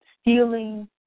stealing